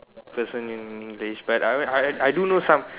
person in English but I I I do know some